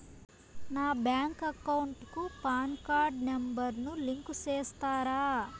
నా bank account కు PAN card number ను లింకు సేస్తారా?